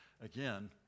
again